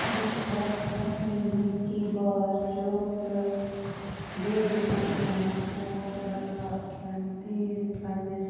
بہٕ چھَس Nestle milky bar چوٗ تہٕ بیدی ناتھ ناگ پوٗر بِلوا کھٮ۪ن تیٖل پنٕنِس